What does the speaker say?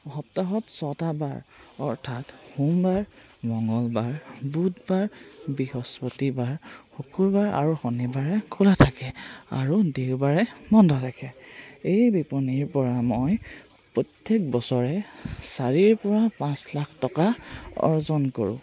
সপ্তাহত ছয়টা বাৰ অৰ্থাৎ সোমবাৰ মঙলবাৰ বুধবাৰ বৃহস্পতিবাৰ শুকুৰবাৰ আৰু শনিবাৰে খোলা থাকে আৰু দেওবাৰে বন্ধ থাকে এই বিপণিৰ পৰা মই প্ৰত্যেক বছৰে চাৰিৰ পৰা পাঁচ লাখ টকা অৰ্জন কৰোঁ